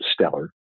stellar